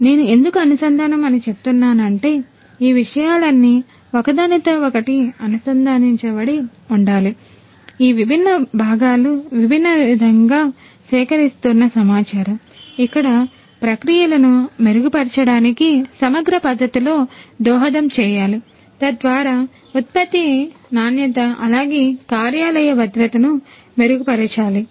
నేను ఎందుకు అనుసంధానం అని చెప్తున్నాను అంటే ఈ విషయాలన్నీ ఒకదానితో ఒకటి అనుసంధానించబడి ఉండాలి ఈ విభిన్న భాగాలు విభిన్న విధముగా సేకరిస్తున్న సమాచారము ఇవన్నీ ప్రక్రియలను మెరుగుపరచడానికి సమగ్ర పద్ధతిలో దోహదం చేయాలి తద్వారా ఉత్పత్తి నాణ్యత అలాగే కార్యాలయ భద్రత ను మెరుగుపరచాలి